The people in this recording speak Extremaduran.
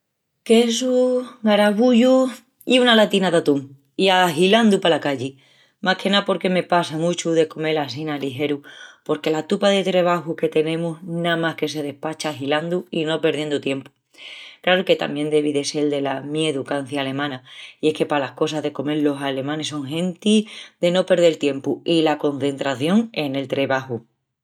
Quesu, garavullus i una latina d'atún, i ahilandu pala calli! Más que ná porque me passa muchu de comel assina ligeru porque la tupa de trebaju que tenemus namás que se despacha ahilandu i no perdiendu tiempu. Craru que tamién devi de sel dela mi educancia alemana, i es que pala cosas de comel los alemanis son genti de no perdel tiempu i la concentración en el trebaju.